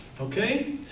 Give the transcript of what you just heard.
Okay